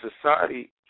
society